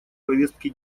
повестки